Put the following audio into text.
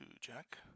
Jack